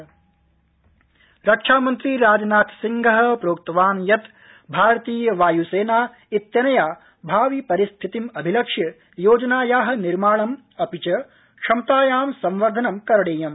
रक्षामंत्री रक्षामन्त्री राजनाथ सिंह प्रोक्तवान् यत् भारतीय वायुसेना इत्यनया भावि परिस्थितिम् अभिलक्ष्य योजनाया निर्माणं अपि च क्षमतायां संबर्दनं करणीयम्